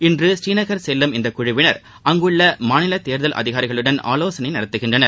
இன்று ஸ்ரீநகர் செல்லும் இந்த குழுவினர் அங்குள்ள மாநில தேர்தல் அதிகாரிகளுடன் ஆலோசனை நடத்துகின்றனர்